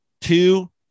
Two